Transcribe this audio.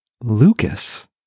Lucas